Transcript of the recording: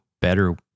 better